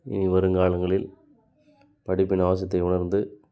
இனி வரும் காலங்களில் படிப்பின் அவசியத்தை உணர்த்து